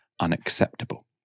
unacceptable